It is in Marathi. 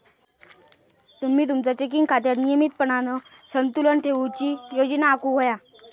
तुम्ही तुमचा चेकिंग खात्यात नियमितपणान संतुलन ठेवूची योजना आखुक व्हया